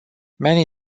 many